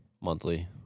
monthly